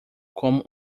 como